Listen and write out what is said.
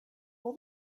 all